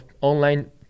online